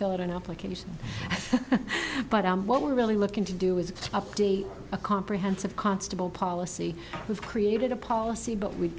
fill out an application but what we're really looking to do is update a comprehensive constable policy we've created a policy but we